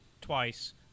twice